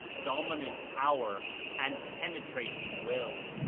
dominant power and penetrating will.